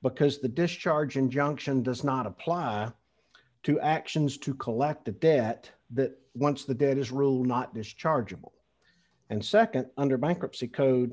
because the discharge injunction does not apply to actions to collect the debt that once the debt is ruled not dischargeable and nd under bankruptcy code